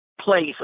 place